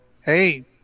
hey